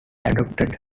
adopted